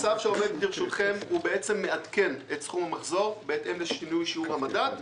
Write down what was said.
הצו שעומד בפניכם מעדכן את סכום המחזור בהתאם לשינוי שיעור המדד,